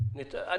פתאל